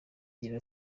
gira